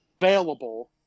available